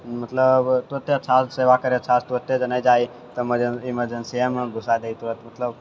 मतलब तुरते अच्छासँ सेवा करैत छै अच्छा तुरते जे नहि जाए तऽ इमर्जेन्सियेमे घुसा देइ तुरत मतलब